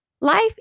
life